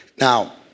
now